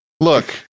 Look